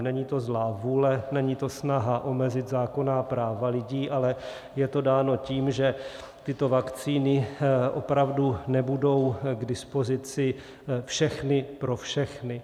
Není to zlá vůle, není to snaha omezit zákonná práva lidí, ale je to dáno tím, že tyto vakcíny opravdu nebudou k dispozici všechny pro všechny.